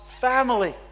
family